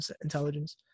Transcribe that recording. intelligence